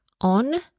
on